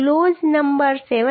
close number 7